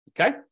Okay